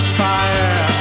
fire